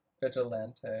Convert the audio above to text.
Vigilante